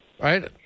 Right